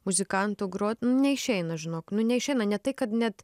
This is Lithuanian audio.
muzikantu grot nu neišeina žinok nu neišeina ne tai kad net